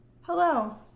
Hello